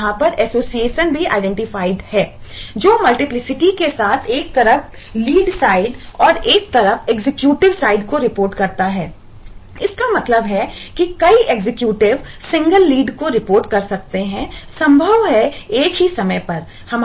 जो मल्टीपलीसिटी के साथ एक तरफ लीड साइड और एक तरफ एग्जीक्यूटिव साइड को रिपोर्ट करता हैइसका मतलब है कि कई एग्जीक्यूटिव सिंगल लीड कर सकते हैं